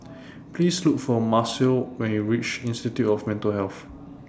Please Look For Marcel when YOU REACH Institute of Mental Health